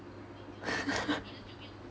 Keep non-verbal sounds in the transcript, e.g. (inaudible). (laughs)